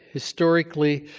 historically,